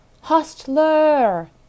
Hostler